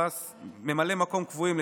ממלאי מקום קבועים,